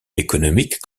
économiques